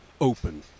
open